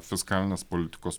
fiskalinės politikos